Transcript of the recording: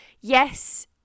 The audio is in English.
yes